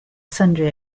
sundry